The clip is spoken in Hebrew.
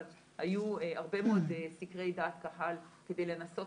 אבל היו הרבה מאוד סקרי דעת קהל כדי לנסות